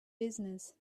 business